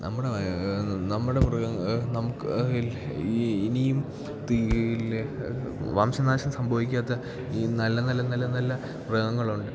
നമ്മുടെ നമ്മുടെ മൃഗം നമുക്ക് ഇല്ലേ ഈ ഇനിയും തീയില്ലേ വംശനാശം സംഭവിക്കാത്ത ഈ നല്ല നല്ല നല്ല നല്ല മൃഗങ്ങൾ ഉണ്ട്